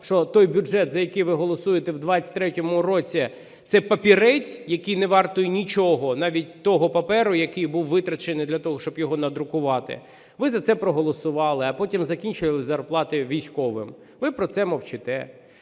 що той бюджет, за який ви голосуєте у 2023 році, це папірець, який не вартий нічого, навіть того паперу, який був витрачений для того, щоб його надрукувати. Ви за це проголосували, а потім закінчили з зарплатою військовим. Ви про це мовчите.